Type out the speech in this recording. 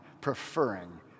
preferring